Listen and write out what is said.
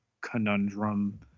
conundrum